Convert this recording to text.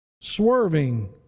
swerving